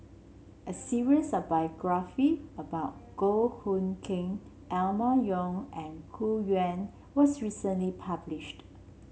a series of biography about Goh Hood Keng Emma Yong and Gu Juan was recently published